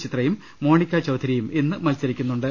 ചിത്രയും മോണിക്കാ ചൌധരിയും ഇന്ന് മത്സരിക്കുന്നുണ്ട്